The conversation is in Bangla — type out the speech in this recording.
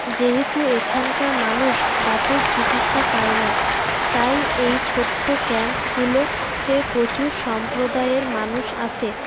যেহেতু এখানকার মানুষ দাঁতের চিকিৎসা পায় না তাই এই ছোট্টো ক্যাম্পগুলোতে প্রচুর সম্প্রদায়ের মানুষ আসে